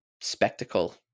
spectacle